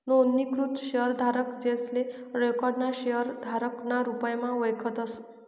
नोंदणीकृत शेयरधारक, जेसले रिकाॅर्ड ना शेयरधारक ना रुपमा वयखतस